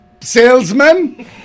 salesman